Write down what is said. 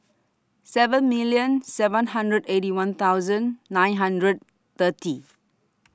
seven million seven hundred Eighty One thousand nine hundred thirty